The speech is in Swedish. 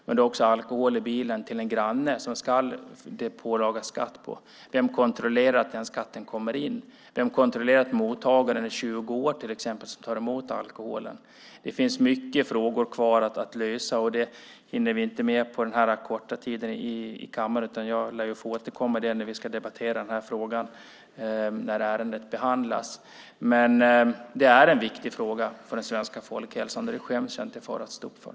Men det är skatt på alkohol i bilen till en granne där det finns en pålaga om skatt. Vem kontrollerar att den skatten kommer in? Vem kontrollerar till exempel att mottagaren som tar emot alkoholen är 20 år? Det finns många frågor kvar att lösa. Det hinner vi inte med på den korta tiden nu i kammaren. Jag lär få återkomma då vi debatterar frågan när ärendet ska behandlas. Det är en viktig fråga för den svenska folkhälsan. Det skäms jag inte att stå upp för.